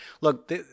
Look